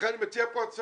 לכן אני מציע פה הצעה